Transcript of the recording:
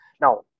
now